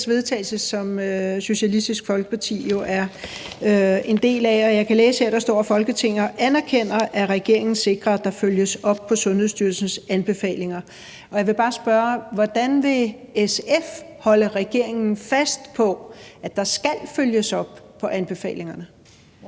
vedtagelse, som Socialistisk Folkeparti er en del af, og jeg kan læse her, at der står, at »Folketinget anerkender, at regeringen sikrer, at der følges op på Sundhedsstyrelsens anbefalinger ...«. Og jeg vil bare spørge: Hvordan vil SF holde regeringen fast på, at der bliver fulgt op på anbefalingerne?